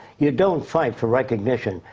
you don't fight for recognition,